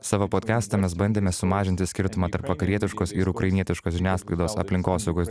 savo potkeste mes bandėme sumažinti skirtumą tarp vakarietiškos ir ukrainietiškos žiniasklaidos aplinkosaugos